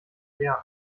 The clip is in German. gern